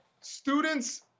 students